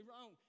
wrong